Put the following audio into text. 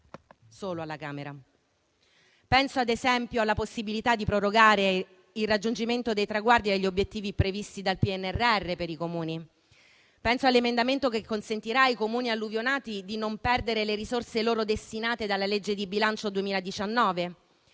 in quella sede. Penso ad esempio alla possibilità di prorogare il raggiungimento dei traguardi e degli obiettivi previsti dal PNRR per i Comuni. Penso all'emendamento che consentirà ai Comuni alluvionati di non perdere le risorse loro destinate dalla legge di bilancio 2019.